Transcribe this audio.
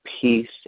peace